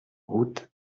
route